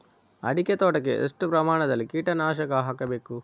ಅಡಿಕೆ ತೋಟಕ್ಕೆ ಎಷ್ಟು ಪ್ರಮಾಣದಲ್ಲಿ ಕೀಟನಾಶಕ ಹಾಕಬೇಕು?